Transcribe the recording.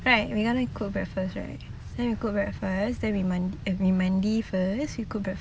right we're going to cook breakfast right then we cook breakfast then we mandi eh we mandi first then we cook breakfast